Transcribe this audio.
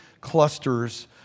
clusters